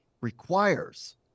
requires –